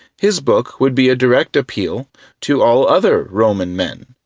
his book would be a direct appeal to all other roman men,